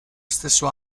stesso